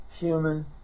human